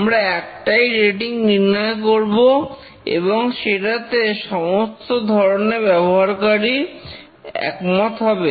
আমরা একটাই রেটিং নির্ণয় করব এবং সেটাতে সমস্ত ধরনের ব্যবহারকারী একমত হবে